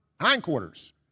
hindquarters